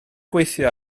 gweithio